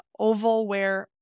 Ovalware